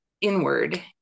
inward